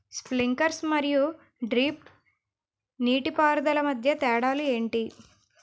Sprinkler మరియు drip నీటిపారుదల మధ్య తేడాలు ఏంటి?